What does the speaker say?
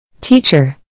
Teacher